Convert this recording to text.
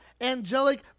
angelic